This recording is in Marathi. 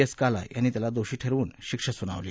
एस काला यांनी त्याला दोषी ठरवून शिक्षा सुनावली